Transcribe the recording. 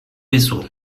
vaisseaux